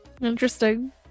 Interesting